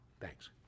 Thanks